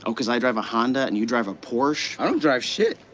oh, cause i drive a honda and you drive a porsche? i don't drive shit,